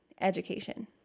education